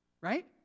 right